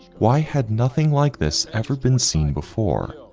why had nothing like this ever been seen before,